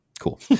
cool